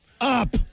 up